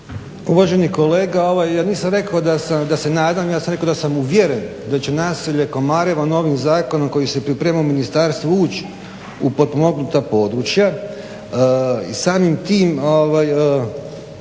Uvaženi kolega, ja nisam rekao da se nadam, ja sam rekao da sam uvjeren da će naselje Komarevo novim zakonom koji se priprema u ministarstvu ući u potpomognuta područja i samim tim